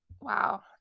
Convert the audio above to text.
wow